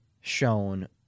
shown